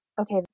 okay